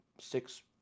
six